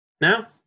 Now